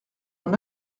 mon